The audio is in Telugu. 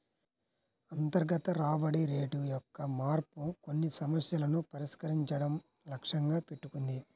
అంతర్గత రాబడి రేటు యొక్క మార్పు కొన్ని సమస్యలను పరిష్కరించడం లక్ష్యంగా పెట్టుకుంది